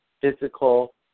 physical